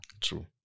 True